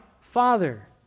father